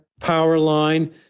Powerline